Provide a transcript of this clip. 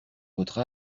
votre